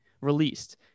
released